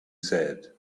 said